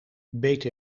btw